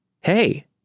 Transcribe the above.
hey